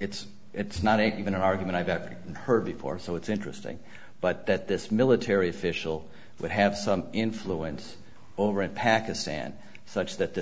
it's it's not even an argument i back her before so it's interesting but that this military official would have some influence over in pakistan such that th